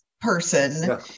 person